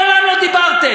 מעולם לא דיברתם,